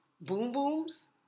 Boom-booms